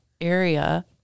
area